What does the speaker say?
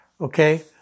Okay